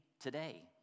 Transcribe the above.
today